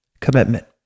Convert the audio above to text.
commitment